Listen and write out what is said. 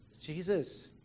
Jesus